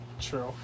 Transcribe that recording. True